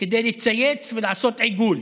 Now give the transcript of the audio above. כדי לצייץ ולעשות עיגול.